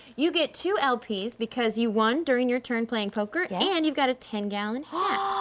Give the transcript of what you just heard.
you get two lps because you won during your turn playing poker yeah and you've got a ten-gallon and hat.